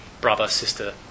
brother-sister